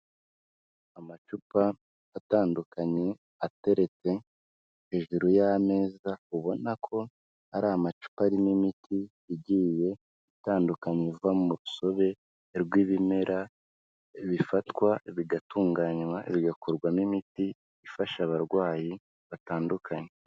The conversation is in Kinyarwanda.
Amacupa atandukanye ateretse hejuru y'ameza, ubona ko ari amacupa arimo imiti igiye itandukanye iva mu rusobe rw'ibimera, bifatwa, bigatunganywa, bigakorwamo imiti ifasha abarwayi batandukanye.